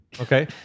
Okay